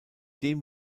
dem